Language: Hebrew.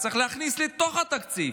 צריך להכניס לתוך התקציב.